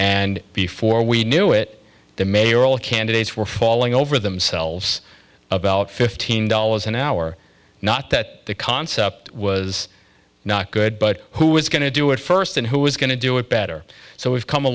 and before we knew it the mayoral candidates were falling over themselves about fifteen dollars an hour not that the concept was not good but who was going to do it first and who was going to do it better so we've come a